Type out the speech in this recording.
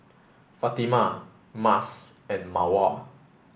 Fatimah Mas and Mawar